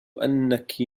أنك